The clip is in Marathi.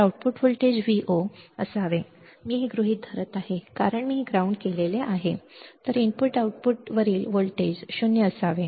आउटपुट व्होल्टेज V0 असावे हे मी गृहित धरत आहे कारण मी हे ग्राउंड केले आहे इनपुट आउटपुटवरील व्होल्टेज 0 असावे